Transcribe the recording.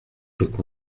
qu’elles